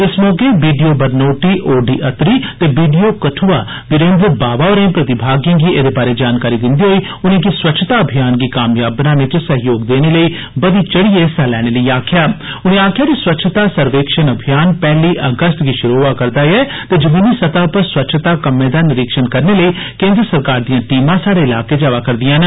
इस मौके B D O Barnoti O D Attari ते B D O Kathua Virendra Baba होरें प्रतिभागिएं गी एदे बारै जानकारी दिंदे होई उनेंगी स्वच्छता अभियान गी कामयाव बनाने च सहयोग देने लेई वधी चढ़िए हिस्सा लैने लेई आक्खेया जे स्वच्छता सर्वेक्षण अभियान पैहली अगस्त गी शुरू होवा'र दा ऐ ते जमीनी सतह पर स्वच्छता कम्मै निरीक्षण करने लेई केन्द्र सरकार दिया टीमा स्हाड़े इलाके च आवा करदिया न